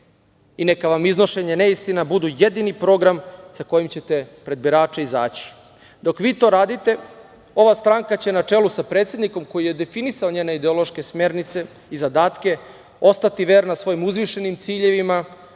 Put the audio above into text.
I neka vam iznošenje neistina budu jedini program sa kojim ćete pred birače izaći. Dok vi to radite, ova stranka će na čelu sa predsednikom, koji je definisao njene ideološke smernice i zadatke, ostati verna svojim uzvišenim ciljevima,